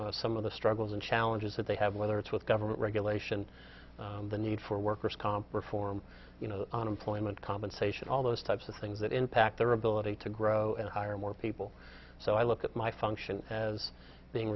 also some of the struggles and challenges that they have whether it's with government regulation the need for workers comp reform on employment compensation all those types of things that impact their ability to grow and hire more people so i look at my function as being